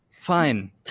Fine